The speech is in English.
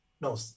No